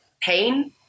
pain